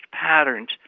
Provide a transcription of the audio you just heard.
patterns